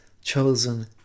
chosen